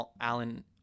Alan